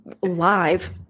live